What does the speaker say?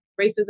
racism